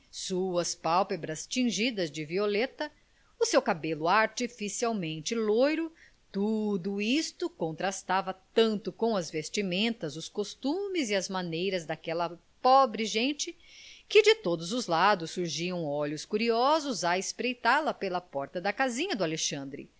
suas pálpebras tingidas de violeta o seu cabelo artificialmente louro tudo isto contrastava tanto com as vestimentas os costumes e as maneiras daquela pobre gente que de todos os lados surgiam olhos curiosos a espreitá la pela porta da casinha de alexandre